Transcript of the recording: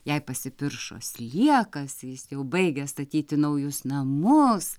jai pasipiršo sliekas jis jau baigia statyti naujus namus